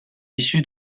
issus